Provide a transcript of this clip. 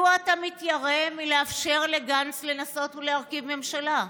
מדוע אתה מתיירא מלאפשר לגנץ לנסות ולהרכיב ממשלה?